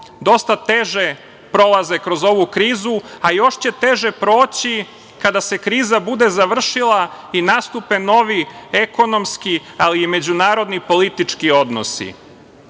dosta teže prolaze kroz ovu krizu, a još će teže proći kada se kriza bude završila i nastupe novi ekonomski, ali i međunarodni politički odnosi. Srbija